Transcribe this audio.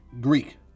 Greek